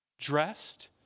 dressed